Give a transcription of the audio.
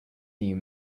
new